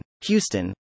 Houston